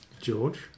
George